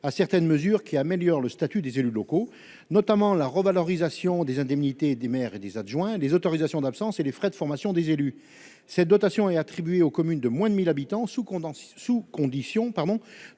à financer des mesures améliorant le statut des élus locaux, notamment la revalorisation des indemnités des maires et des adjoints, les autorisations d'absence et les frais de formation des élus. Cette dotation est attribuée aux communes de moins de 1 000 habitants, sous condition